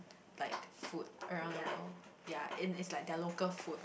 like food around the world ya in is like their local food